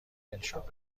بنشانیم